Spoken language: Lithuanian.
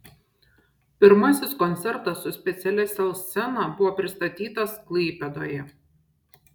pirmasis koncertas su specialia sel scena buvo pristatytas klaipėdoje